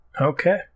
Okay